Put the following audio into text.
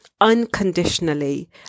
unconditionally